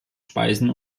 speisen